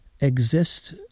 exist